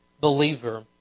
believer